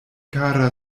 kara